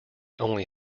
only